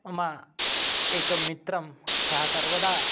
मम एकः मित्रं सः सर्वदा